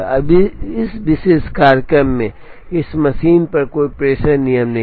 अब इस विशेष कार्यक्रम में इस मशीन पर कोई प्रेषण नियम नहीं है